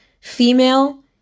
female